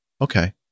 okay